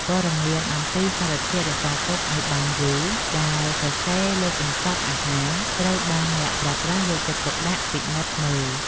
ព័ត៌មានអំពីសារធាតុរក្សាទុកឱ្យបានយូរដែលសរសេរលើកញ្ចប់អាហារត្រូវបានអ្នកប្រើប្រាស់យកចិត្តទុកដាក់ពិនិត្យមើល។